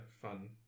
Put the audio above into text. fun